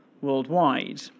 worldwide